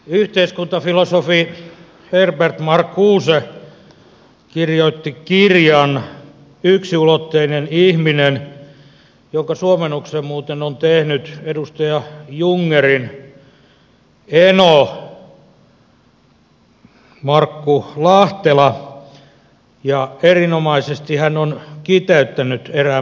yhteiskuntafilosofi herbert marcuse kirjoitti kirjan yksiulotteinen ihminen jonka suomennoksen muuten on tehnyt edustaja jungnerin eno markku lahtela ja erinomaisesti hän on kiteyttänyt erään määritelmän